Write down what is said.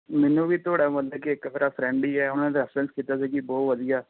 ਮੈਨੂੰ ਵੀ ਤੁਹਾਡਾ ਮਤਲਬ ਕਿ ਇੱਕ ਮੇਰਾ ਫਰੈਂਡ ਹੀ ਹੈ ਉਹਨੇ ਰੈਫਰੈਂਸ ਕੀਤਾ ਸੀ ਕਿ ਬਹੁਤ ਵਧੀਆ